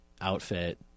outfit